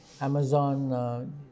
Amazon